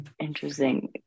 Interesting